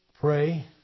Pray